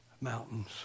mountains